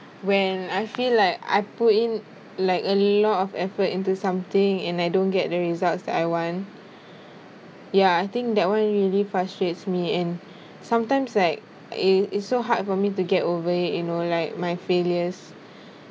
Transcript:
when I feel like I put in like a lot of effort into something and I don't get the results that I want ya I think that one really frustrates me and sometimes like it it's so hard for me to get over it you know like my failures